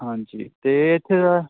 ਹਾਂਜੀ ਅਤੇ ਇੱਥੇ ਤਾਂ